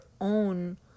own